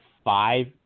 five